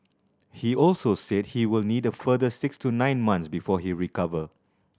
he also said he will need a further six to nine months before he recover